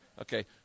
Okay